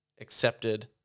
accepted